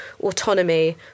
autonomy